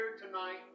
tonight